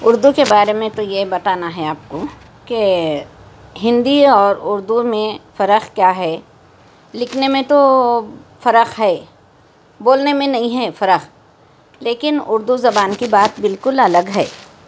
اردو کے بارے میں تو یہ بتانا ہے آپ کو کہ ہندی اور اردو میں فرق کیا ہے لکھنے میں تو فرق ہے بولنے میں نہیں ہے فرق لیکن اردو زبان کی بات بالکل الگ ہے